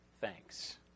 thanks